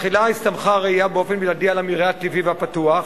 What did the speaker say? בתחילה הסתמכה הרעייה באופן בלעדי על המרעה הטבעי והפתוח.